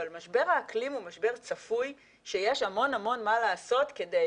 אבל משבר האקלים הוא משבר צפוי שיש המון מה לעשות כדי,